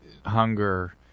hunger